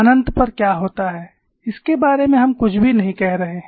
अनंत पर क्या होता है इसके बारे में हम कुछ भी नहीं कह रहे हैं